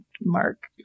Mark